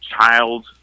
child